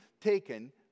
taken